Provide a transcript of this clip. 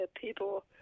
people